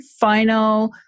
final